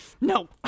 No